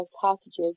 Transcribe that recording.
hostages